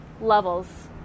levels